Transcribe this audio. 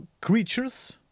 creatures